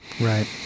Right